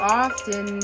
often